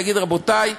יגיד: רבותי,